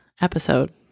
episode